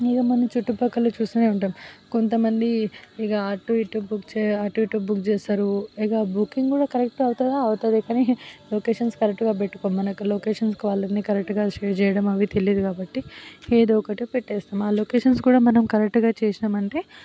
ఇక మనం చుట్టుప్రక్కల చూస్తూనే ఉంటాము కొంత మంది ఇక అటు ఇటు బుక్ చేయా అటు ఇటు బుక్ చేస్తారు ఇక బుకింగ్ కూడా కరెక్ట్గా అవుతుందా అవుతుంది కానీ లొకేషన్స్ కరెక్ట్గా పెట్టుకోము మనకి లొకేషన్స్ వాళ్ళు అన్నీ కరెక్ట్గా షేర్ చేయడం అవి తెలియదు కాబట్టి ఏదో ఒకటి పెట్టేస్తాం ఆ లొకేషన్స్ కూడా మనం కరెక్ట్గా చేసినాము అంటే